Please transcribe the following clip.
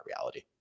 reality